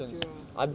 zero ah